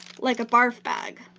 like a barf bag.